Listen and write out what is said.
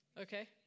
Okay